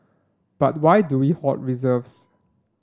but why do we hoard reserves